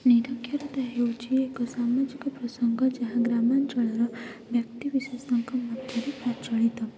ନିରକ୍ଷରତା ହେଉଛି ଏକ ସମାଜିକ ପ୍ରସଙ୍ଗ ଯାହା ଗ୍ରାମାଞ୍ଚଳର ବ୍ୟକ୍ତି ବିଶେଷଙ୍କ ମଧ୍ୟରେ ପ୍ରଚଳିତ